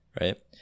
right